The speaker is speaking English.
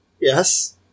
Yes